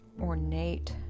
ornate